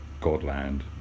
Godland